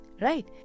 Right